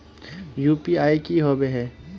UPI की होबे है?